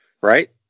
right